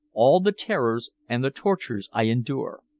all the terrors and the tortures i endure.